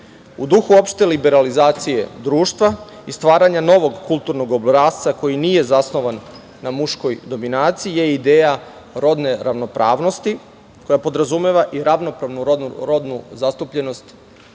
duhu opšte liberalizacije društva i stvaranja novog kulturnog obrasca koji nije zasnovan na muškoj dominaciji je ideja rodne ravnopravnosti koja podrazumeva i ravnopravnu rodnu zastupljenost